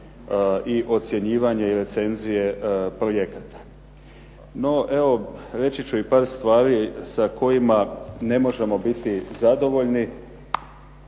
i ocjenjivanje recenzije projekata. No, evo reći ću i par stvari sa kojima ne možemo biti zadovoljni,